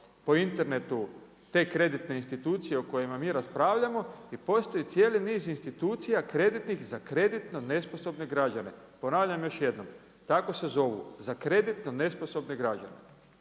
po internetu te kreditne institucije o kojima mi raspravljamo i postoji cijeli niz institucija kreditnih za kreditno nesposobne građane, ponavljam još jednom, tako se zovu za kreditno nesposobne građane.